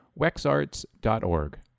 wexarts.org